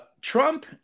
Trump